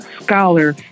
scholar